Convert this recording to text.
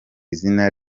izina